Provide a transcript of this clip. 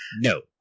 No